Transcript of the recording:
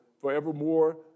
forevermore